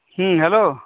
ᱦᱮᱸ ᱦᱮᱞᱚ